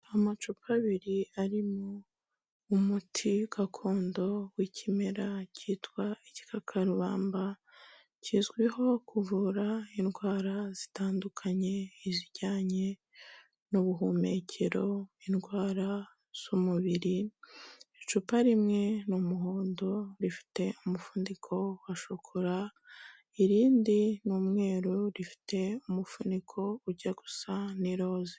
Amacupa abiri arimo umuti gakondo w'ikimera k'itwa; igikakarubamba, kizwiho kuvura indwara zitandukanye, izijyanye n'ubuhumekero, indwara z'umubiri, icupa rimwe ni umuhondo rifite umufuniko washokora, irindi ni umweru rifite umufuniko ujya gusa n'iroza.